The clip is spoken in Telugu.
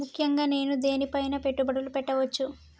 ముఖ్యంగా నేను దేని పైనా పెట్టుబడులు పెట్టవచ్చు?